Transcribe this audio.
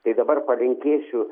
tai dabar palinkėsiu